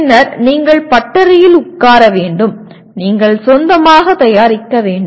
பின்னர் நீங்கள் பட்டறையில் உட்கார வேண்டும் நீங்கள் சொந்தமாக தயாரிக்க வேண்டும்